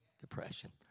Depression